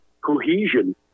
cohesion